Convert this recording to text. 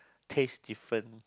taste different